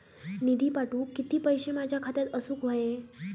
निधी पाठवुक किती पैशे माझ्या खात्यात असुक व्हाये?